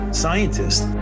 scientists